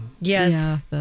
Yes